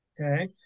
Okay